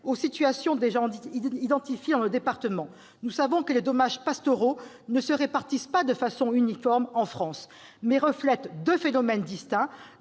aux situations déjà identifiées dans les départements. Nous savons que les dommages pastoraux ne se répartissent pas de façon uniforme en France, mais reflètent deux phénomènes distincts